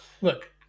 Look